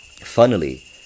funnily